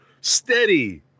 steady